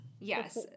Yes